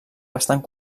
bastant